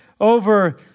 over